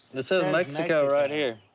it says mexico right here.